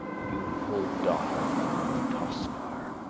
beautiful daughter of toscar.